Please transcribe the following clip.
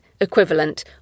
equivalent